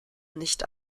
nicht